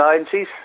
agencies